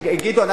גדעון,